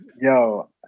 yo